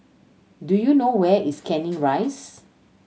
do you know where is Canning Rise